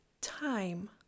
time